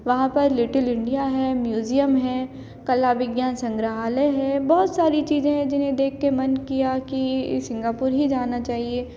वहाँ पर little India है म्यूजियम है कला विज्ञान संग्रहालय है बहुत सारी चीजें हैं जिन्हें देख कर मन किया कि सिंगापुर ही जाना चाहिए